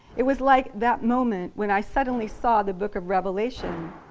it was like that moment when i suddenly saw the book of revelation